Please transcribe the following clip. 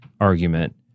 argument